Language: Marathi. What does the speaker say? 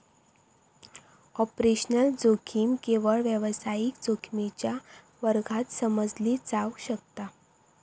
ऑपरेशनल जोखीम केवळ व्यावसायिक जोखमीच्या वर्गात समजली जावक शकता